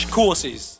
courses